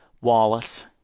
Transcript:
Wallace